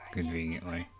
Conveniently